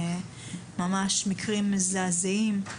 ממש מקרים מזעזעים.